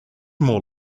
more